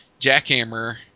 Jackhammer